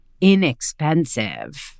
inexpensive